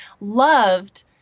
loved